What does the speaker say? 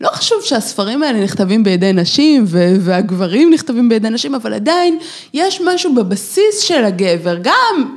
לא חשוב שהספרים האלה נכתבים בידי נשים, והגברים נכתבים בידי נשים, אבל עדיין יש משהו בבסיס של הגבר גם